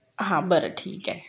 हां बरं ठीक आहे